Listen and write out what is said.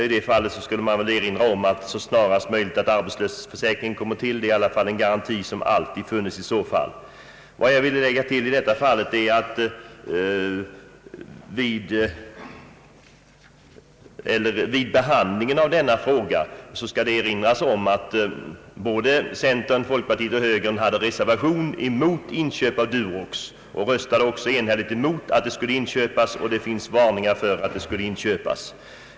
I det fallet vill jag erinra om att det är angeläget att arbetslöshetsförsäkringen snarast möjligt kommer till stånd — det hade i så fall varit en garanti som alltid funnits. Jag vill tillägga att det vid behandlingen av denna fråga bör erinras om att centerpartiet, folkpartiet och högern hade reserverat sig mot inköp av Durox, och enhälligt röstade emot förslaget.